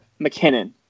McKinnon